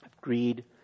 greed